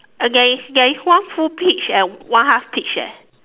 uh there is there is one full peach and one half peach eh